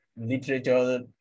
literature